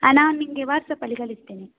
ಹಾಂ ನಾನು ನಿಮಗೆ ವಾಟ್ಸ್ಆ್ಯಪ್ಪಲ್ಲಿ ಕಳಿಸ್ತೇನೆ